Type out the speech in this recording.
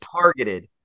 targeted